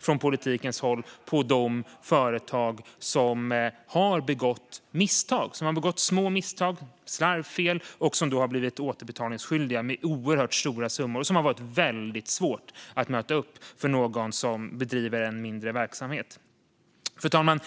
från politikens håll se på de företag som har begått misstag - små misstag - och gjort slarvfel. De har då blivit skyldiga att återbetala oerhört stora summor. Detta har varit väldigt svårt att möta upp för någon som bedriver en mindre verksamhet. Fru talman!